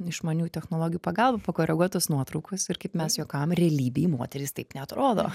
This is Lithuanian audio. išmanių technologijų pagalba pakoreguotos nuotraukos ir kaip mes juokavom realybei moterys taip neatrodo